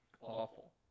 Awful